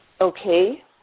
Okay